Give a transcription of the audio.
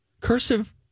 Cursive